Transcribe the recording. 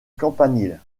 campanile